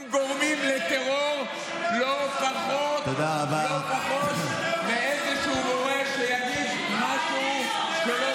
הם גורמים לטרור לא פחות מאיזה הורה שיגיד משהו שלא